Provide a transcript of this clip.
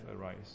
arise